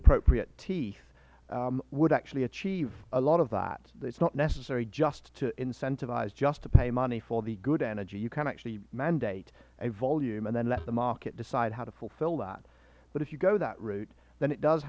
appropriate teeth would actually achieve a lot of that it is not necessary just to incentivize just to pay money for the good energy you can actually mandate a volume and then let the market decide how to fulfill that but if you go that route then it does